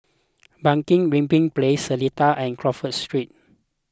Bunga Rampai Place Seletar and Crawford Street